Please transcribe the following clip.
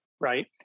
right